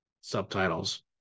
subtitles